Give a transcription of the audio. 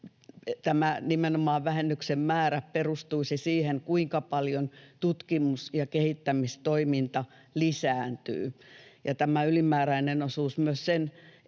nimenomaan tämä vähennyksen määrä perustuisi siihen, kuinka paljon tutkimus- ja kehittämistoiminta lisääntyy. Myös tämän ylimääräisen osuuden